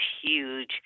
huge